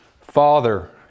Father